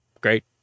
great